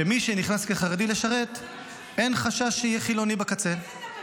שמי שנכנס לשרת כחרדי, אין חשש שיהיה חילוני בקצה.